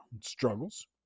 struggles